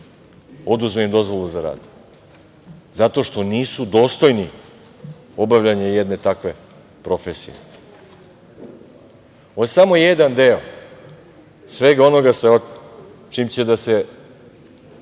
oduzme im dozvolu za rad, zato što nisu dostojni obavljanju jedne takve profesije? Ovo je samo jedan deo svega onoga sa čim će ova